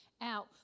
out